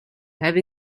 have